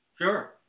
Sure